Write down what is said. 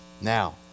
Now